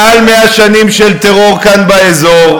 מעל 100 שנים של טרור כאן באזור.